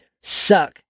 suck